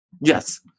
Yes